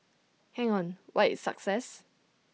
hang on what is success